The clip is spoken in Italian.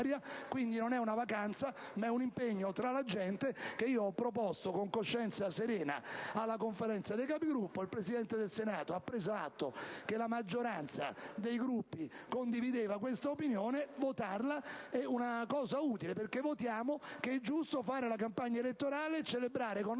Quindi, non è una vacanza, ma un impegno tra la gente, quello che io ho proposto con coscienza serena alla Conferenza dei Capigruppo. Il Presidente del Senato ha preso atto che la maggioranza dei Gruppi condivideva questa opinione, e ritengo che votarla sia una cosa utile, perché affermiamo che è giusto dedicarsi alla campagna elettorale e celebrare con il